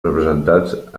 representats